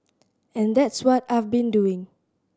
and that's what I've been doing